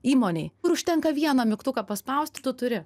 įmonei kur užtenka vieną mygtuką paspaust tu turi